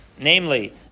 namely